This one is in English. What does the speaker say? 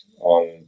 on